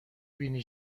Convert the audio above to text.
بینی